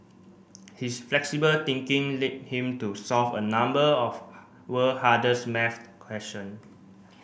his flexible thinking led him to solve a number of world hardest maths question